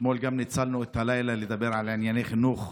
גם אתמול ניצלנו את הלילה לדבר על ענייני חינוך,